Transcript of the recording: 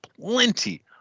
plenty